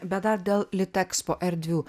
bet dar dėl litexpo erdvių